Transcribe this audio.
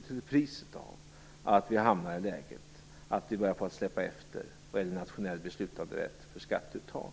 till priset av att hamna i ett läge där vi börjar släppa efter när det gäller nationell beslutanderätt för skatteuttag.